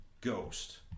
Ghost